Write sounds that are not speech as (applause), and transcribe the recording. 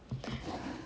(breath)